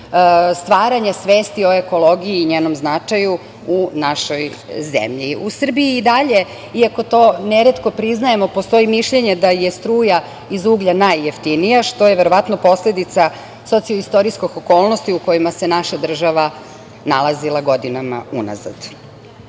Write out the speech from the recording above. stvaranja svesti o ekologiji i njenom značaju u našoj zemlji.U Srbiji i dalje, iako to neretko priznajemo, postoji mišljenje da je struja iz uglja najjeftinija, što je verovatno posledica socio-istorijskih okolnosti u kojima se naša država nalazila godinama